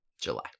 July